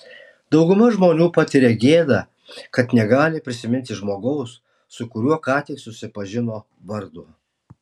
dauguma žmonių patiria gėdą kad negali prisiminti žmogaus su kuriuo ką tik susipažino vardo